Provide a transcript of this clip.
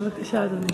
בבקשה, אדוני.